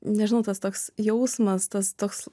nežinau tas toks jausmas tas toks